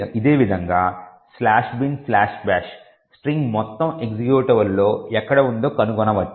ఇదే విధంగా "binbash" string మొత్తం ఎక్జిక్యూటబుల్లో ఎక్కడ ఉందో కనుగొనవచ్చు